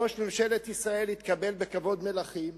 ראש ממשלת ישראל התקבל בכבוד מלכים.